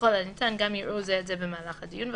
וככל הניתן גם יראו זה את זה במהלך הדיון,